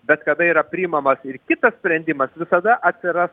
bet kada yra priimamas ir kitas sprendimas visada atsiras